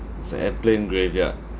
it's a air plane graveyard